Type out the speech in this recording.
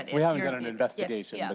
we haven't done an investigation. yeah